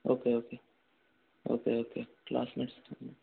okay okay okay okay classmate ఇస్తాం